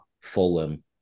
Fulham